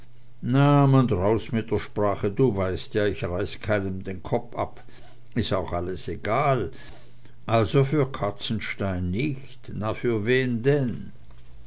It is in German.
na man raus mit der sprache du weißt ja ich reiß keinem den kopp ab is auch alles egal also für katzenstein nich na für wen denn